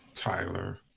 Tyler